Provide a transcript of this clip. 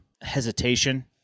hesitation